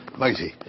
mighty